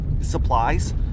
Supplies